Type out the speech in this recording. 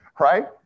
right